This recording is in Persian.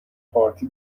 پارتی